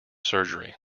surgery